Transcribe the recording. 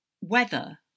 weather